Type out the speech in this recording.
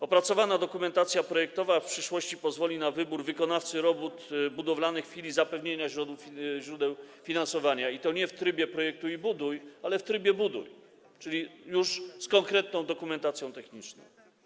Opracowana dokumentacja projektowa w przyszłości pozwoli na wybór wykonawcy robót budowlanych w chwili zapewnienia źródeł finansowania, i to nie w trybie: projektuj i buduj, ale w trybie: buduj, czyli z konkretną dokumentacją techniczną.